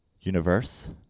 Universe